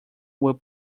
will